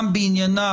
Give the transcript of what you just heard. גם בעניינה,